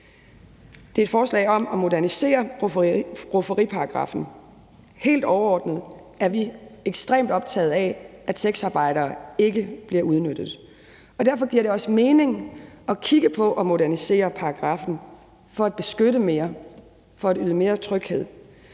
Det er et forslag om at modernisere rufferiparagraffen. Helt overordnet er vi ekstremt optagede af, at sexarbejdere ikke bliver udnyttet, og derfor giver det også mening at kigge på og modernisere paragraffen for at beskytte mere, for at yde mere tryghed.